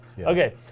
Okay